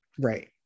right